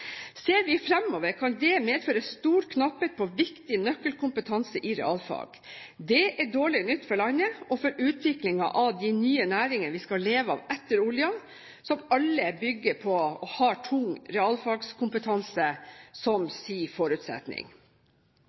Ser vi fremover, kan det medføre stor knapphet på viktig nøkkelkompetanse i realfag. Det er dårlig nytt for landet og for utviklingen av de nye næringene vi skal leve av etter oljen, som alle bygger på tung realfagskompetanse som en forutsetning.